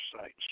sites